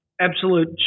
Absolute